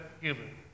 human